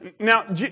Now